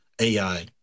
AI